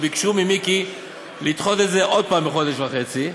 ביקשו ממיקי לדחות את זה עוד פעם בחודש וחצי,